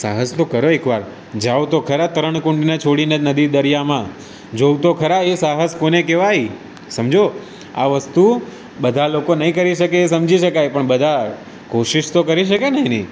સાહસ તો કરો એક વાર જાઓ તો ખરા તરણકુંડને છોડી ને નદી દરિયામાં જુઓ તો ખરા એ સાહસ કોને કહેવાય સમજો આ વસ્તુ બધા લોકો નહીં કરી શકે સમજી શકાય પણ બધા કોશિશ તો કરી શકે ને એની